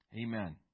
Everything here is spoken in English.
Amen